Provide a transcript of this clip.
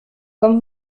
comme